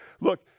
Look